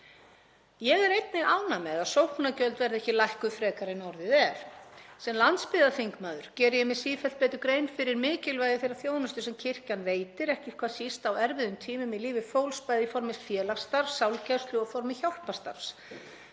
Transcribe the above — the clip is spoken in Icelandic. Ég er einnig ánægð með að sóknargjöld verði ekki verið lækkuð frekar en orðið er. Sem landsbyggðarþingmaður geri ég mér sífellt betur grein fyrir mikilvægi þeirrar þjónustu sem kirkjan veitir, ekki hvað síst á erfiðum tímum í lífi fólks, bæði í formi félagsstarfs, sálgæslu og í formi hjálparstarfs.